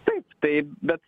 taip tai bet